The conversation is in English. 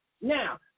Now